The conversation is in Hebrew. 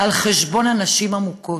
על חשבון הנשים המוכות.